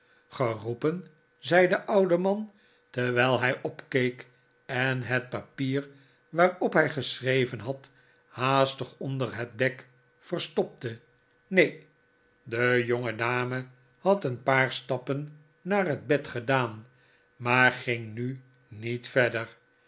geroepen zei de oude man terwijl hij opkeek en het papier waarop hij geschreven had haastig onder het dek verstopte neen de jongedame had een paar stappen naar het bed gedaan maar ging nu niet verder